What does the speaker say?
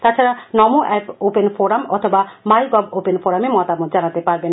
এছাডাও NaMo app open forum অথবা My Gov open ফোরামে মতামত জানাতে পারবেন